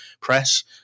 press